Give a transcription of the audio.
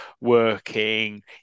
working